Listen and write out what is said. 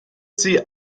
sie